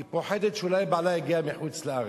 היא פוחדת שאולי בעלה יגיע מחוץ-לארץ.